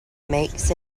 makes